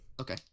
Okay